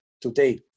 today